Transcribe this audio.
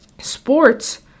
sports